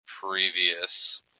previous